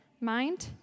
mind